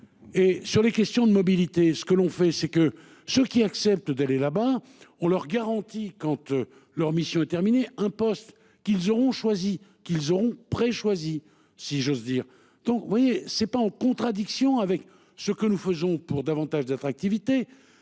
Et sur les questions de mobilité. Ce que l'on fait c'est que ceux qui acceptent d'aller là-bas on leur garantit quand leur mission est terminée, un poste qu'ils auront choisi qu'ils ont près choisi si j'ose dire. Donc oui c'est pas en contradiction avec ce que nous faisons pour davantage d'attractivité.